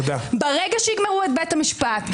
ברגע שיגמרו את בית המשפט,